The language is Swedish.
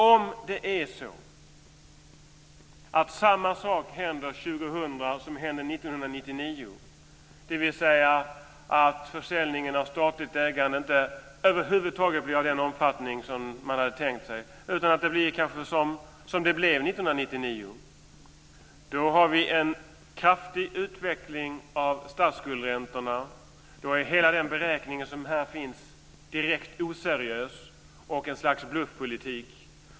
Om samma sak händer år 2000 som hände 1999, dvs. att försäljningen av statligt ägande över huvud taget inte blir av den omfattning som man tänkt sig utan kanske som den blev 1999, får vi en kraftig utveckling av statsskuldsräntorna. Då är hela den beräkning som här finns direkt oseriös och ett slags bluffpolitik.